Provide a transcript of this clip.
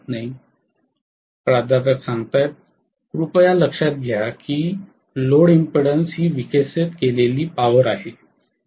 professor कृपया लक्षात घ्या की लोड इंपीडन्स ही विकसित केलेली शक्ती आहे